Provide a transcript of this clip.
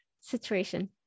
situation